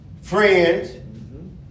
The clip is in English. friends